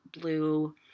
blue